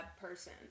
person